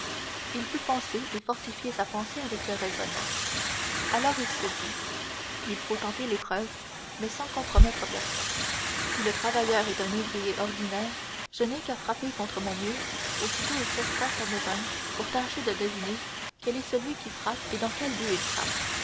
il put penser et fortifier sa pensée avec le raisonnement alors il se dit il faut tenter l'épreuve mais sans compromettre personne si le travailleur est un ouvrier ordinaire je n'ai qu'à frapper contre mon mur aussitôt il cessera sa besogne pour tâcher de deviner quel est celui qui frappe et dans quel but il frappe